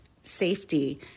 safety